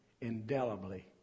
indelibly